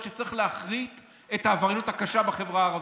שצריך להכריע את העבריינות הקשה בחברה הערבית.